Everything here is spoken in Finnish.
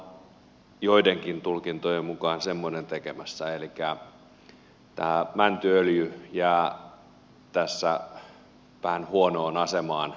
nyt me olemme joidenkin tulkintojen mukaan semmoisen tekemässä elikkä tämä mäntyöljy jää tässä vähän huonoon asemaan